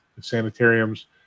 sanitariums